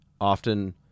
often